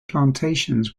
plantations